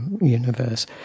universe